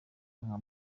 nka